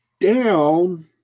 down